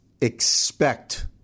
expect